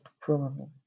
programming